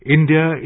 India